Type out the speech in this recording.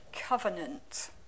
covenant